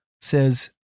says